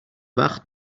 وقت